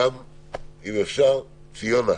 אם אפשר, גם ציונה.